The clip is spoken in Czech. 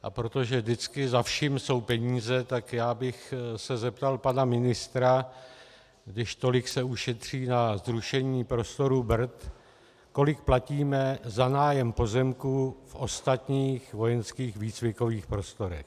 A protože vždycky za vším jsou peníze, tak bych se zeptal pana ministra, když se tolik ušetří na zrušení prostorů Brd, kolik platíme za nájem pozemků v ostatních vojenských výcvikových prostorách.